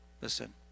listen